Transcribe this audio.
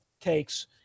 takes